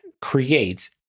creates